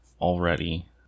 already